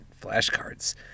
flashcards